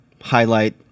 highlight